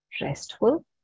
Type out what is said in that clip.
restful